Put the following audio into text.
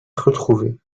retrouvé